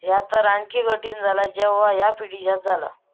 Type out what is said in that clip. ह्या तर आणखी कठीण झाला जेव्हा ह्या पिढीजात झाला